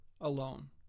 alone